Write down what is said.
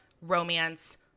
romance